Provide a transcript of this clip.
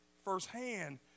firsthand